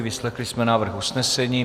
Vyslechli jsme návrh usnesení.